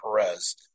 Perez